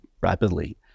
rapidly